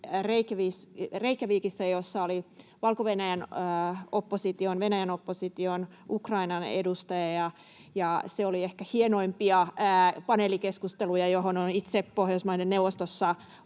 Valko-Venäjän opposition, Venäjän opposition ja Ukrainan edustajia, ja se oli ehkä hienoimpia paneelikeskusteluja, joihin olen itse Pohjoismaiden neuvostossa